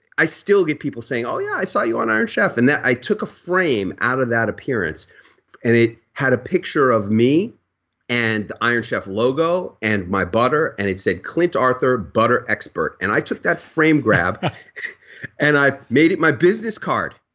i still get people saying, oh yeah, i saw you on iron chef. i took a frame out of that appearance and it had a picture of me and the iron chef logo and my butter and it said clint arthur butter expert. and i took that frame grab and i made it my business card.